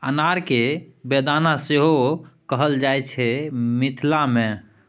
अनार केँ बेदाना सेहो कहल जाइ छै मिथिला मे